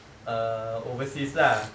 err overseas lah so like